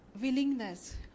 willingness